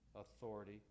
authority